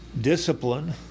discipline